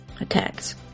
attacks